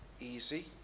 easy